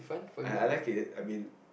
I I like it I mean